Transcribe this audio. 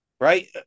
Right